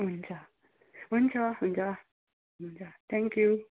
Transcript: हुन्छ हुन्छ हुन्छ हुन्छ थ्याङ्कयू